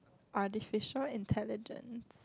artificial intelligence